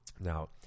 Now